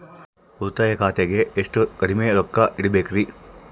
ಉಳಿತಾಯ ಖಾತೆಗೆ ಎಷ್ಟು ಕಡಿಮೆ ರೊಕ್ಕ ಇಡಬೇಕರಿ?